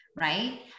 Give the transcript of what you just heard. right